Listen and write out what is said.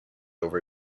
over